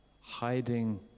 hiding